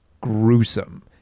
gruesome